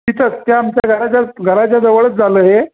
तिथंच त्या आमच्या घराच्या घराच्याजवळच झालं हे